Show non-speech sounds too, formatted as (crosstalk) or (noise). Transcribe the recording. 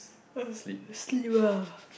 (noise) sleep ah